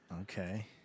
Okay